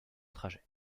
trajet